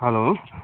hello